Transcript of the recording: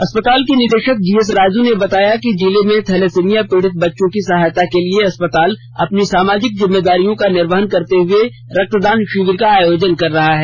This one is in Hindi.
अस्पताल के निदेशक जीएस राजू ने बताया कि जिले में थैलेसीमिया पीड़ित बच्चों की सहायता के लिए अस्पताल अपनी सामाजिक जिम्मेदारियों का निर्वहन करते हुए रक्तदान शिविर का आयोजन कर रहा है